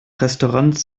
restaurants